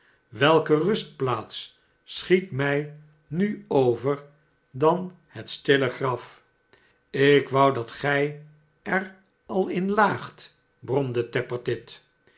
welke rustplaats schiet mij nu over dan het stille graf slk wou dat gij er al in laagt bromde tappertit